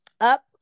up